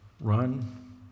run